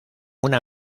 una